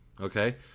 okay